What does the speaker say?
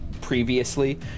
previously